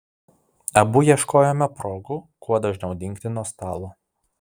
abu ieškojome progų kuo dažniau dingti nuo stalo